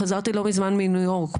חזרתי לא מזמן מניו יורק,